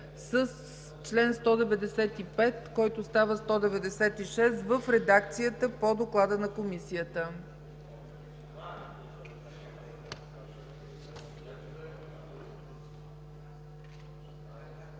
с чл. 195, който става чл. 196 в редакцията по Доклада на Комисията.